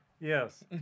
Yes